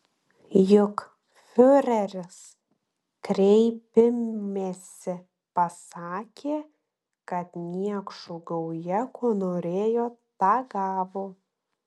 juk fiureris kreipimesi pasakė kad niekšų gauja ko norėjo tą gavo